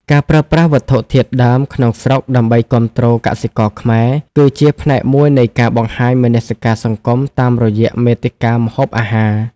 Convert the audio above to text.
ការប្រើប្រាស់វត្ថុធាតុដើមក្នុងស្រុកដើម្បីគាំទ្រកសិករខ្មែរ គឺជាផ្នែកមួយនៃការបង្ហាញមនសិការសង្គមតាមរយៈមាតិកាម្ហូបអាហារ។